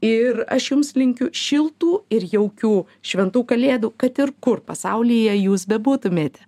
ir aš jums linkiu šiltų ir jaukių šventų kalėdų kad ir kur pasaulyje jūs bebūtumėte